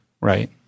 Right